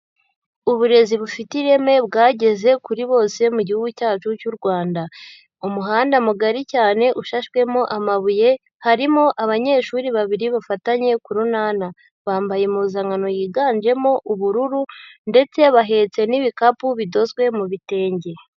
Uburezi bufite ireme bwageze kuri bose mu gihugu cyacu cy'u Rwanda. Umuhanda mugari cyane, ushashwemo amabuye, harimo abanyeshuri babiri bafatanye ku runana, bambaye impuzankano yiganjemo ubururu ndetse bahetse n'ibikapu bidozwe mu bitenge.